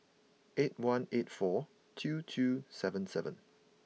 eight one eight four two two seven seven